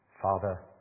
Father